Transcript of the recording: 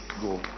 go